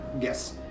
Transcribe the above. Yes